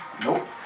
nope